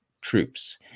troops